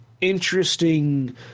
interesting